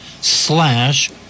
slash